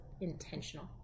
intentional